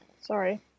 Sorry